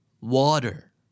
Water